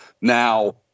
Now